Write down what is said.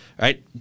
right